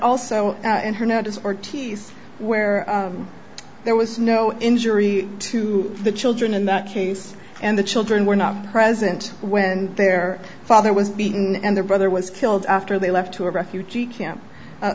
also internet is ortiz where there was no injury to the children in that case and the children were not present when their father was beaten and their brother was killed after they left to a refugee camp